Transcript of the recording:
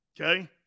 Okay